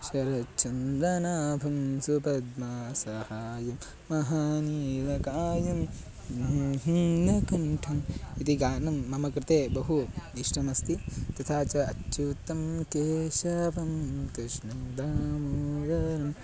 शरच्चन्द्रनाभं सुपद्मासाहायं महानीलकायं कण्ठम् इति गानं मम कृते बहु इष्टमस्ति तथा च अच्युत्तं केशवं कृष्ण दामोदरम्